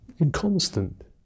Inconstant